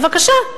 בבקשה: